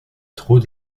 trop